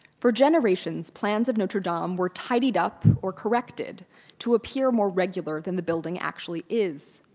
for generations, plans of notre-dame um were tidied up or corrected to appear more regular than the building actually is.